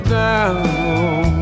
down